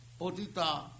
Potita